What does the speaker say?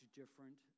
different